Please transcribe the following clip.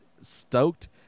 stoked